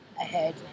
ahead